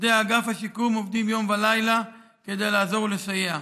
עובדי אגף השיקום עובדים יום ולילה כדי לעזור ולסייע.